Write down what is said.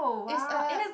it's a